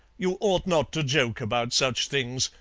you ought not to joke about such things.